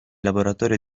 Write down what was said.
laboratorio